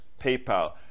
PayPal